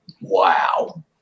wow